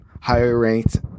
higher-ranked